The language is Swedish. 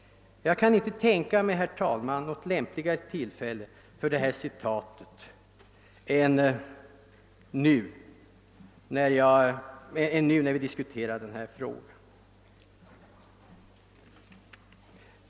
Jag kan inte finna, herr talman, något lämpligare tillfälle för detta citat än nu när vi diskuterar denna fråga.